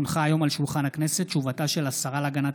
הונחה היום על שולחן הכנסת הודעתה של השרה להגנת